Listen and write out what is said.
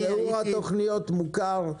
פירוט התכניות מוכר,